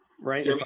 right